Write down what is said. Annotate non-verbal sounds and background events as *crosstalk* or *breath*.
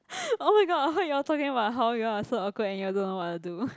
*breath* oh my god I heard you all talking about how you all are so awkward and you all don't know what to do